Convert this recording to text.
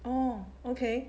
oh okay